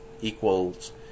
equals